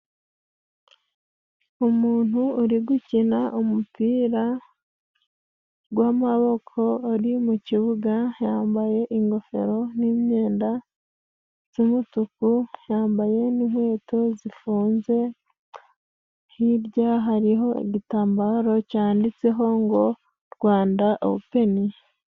Umuntu uri gukina umupira, gw'amaboko uri mukibuga yambaye ingofero n'imyenda z'umutuku, yambaye n'inkweto zifunze, hirya hariho igitambaro canditseho ngo: Rwanda openi.